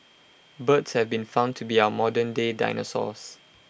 birds have been found to be our modernday dinosaurs